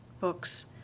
books